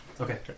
Okay